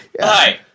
Hi